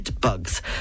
bugs